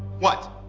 what?